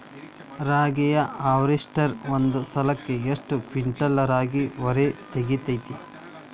ರಾಗಿಯ ಹಾರ್ವೇಸ್ಟರ್ ಒಂದ್ ಸಲಕ್ಕ ಎಷ್ಟ್ ಕ್ವಿಂಟಾಲ್ ರಾಗಿ ಹೊರ ತೆಗಿತೈತಿ?